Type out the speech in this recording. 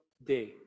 Day